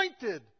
appointed